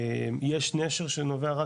יש נשר שנובע,